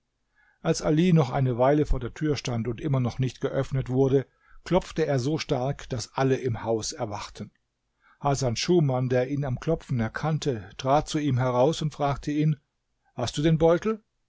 als ali noch eine weile vor der tür stand und immer noch nicht geöffnet wurde klopfte er so stark daß alle im haus erwachten hasan schuman der ihn am klopfen erkannte trat zu ihm heraus und fragte ihn hast du den beutel